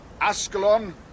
Ascalon